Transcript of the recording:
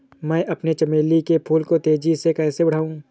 मैं अपने चमेली के फूल को तेजी से कैसे बढाऊं?